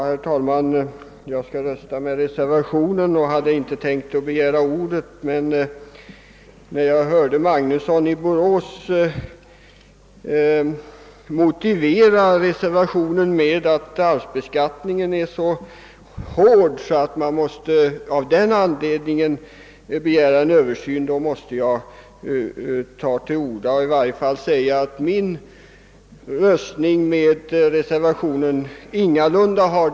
Herr talman! Jag skall rösta för reservationen men hade inte tänkt begära ordet. Men när jag hörde herr Magnusson i Borås motivera reservationen med att arvsbeskattningen är så hård att det av den anledningen bör ske en översyn av beskattningen, vill jag säga att jag inte röstar för reservationen av detta skäl.